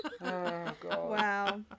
Wow